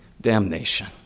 damnation